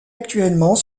actuellement